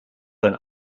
sein